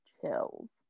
chills